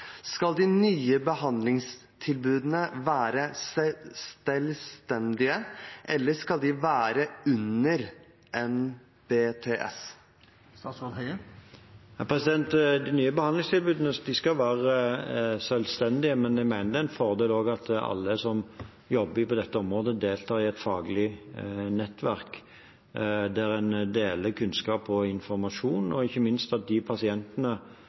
Skal de nye behandlingstilbudene være selvstendige, eller skal de være under NBTS? De nye behandlingstilbudene skal være selvstendige, men jeg mener det er en fordel at alle som jobber på dette området, deltar i et faglig nettverk, der en deler kunnskap og informasjon, ikke minst også at de pasientene